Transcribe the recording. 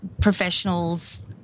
professionals